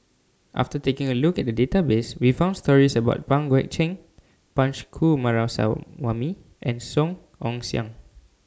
after taking A Look At The Database We found stories about Pang Guek Cheng Punch and Song Ong Siang